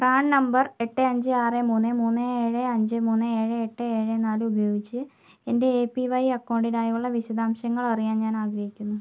PRAN number എട്ട് അഞ്ച് ആറ് മൂന്ന് മൂന്ന് ഏഴ് അഞ്ച് മൂന്ന് ഏഴ് എട്ട് ഏഴ് നാല് ഉപയോഗിച്ച് എൻ്റെ എ പി വൈ അക്കൗണ്ടിനായുള്ള വിശദാംശങ്ങൾ അറിയാൻ ഞാൻ ആഗ്രഹിക്കുന്നു